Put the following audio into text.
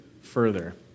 further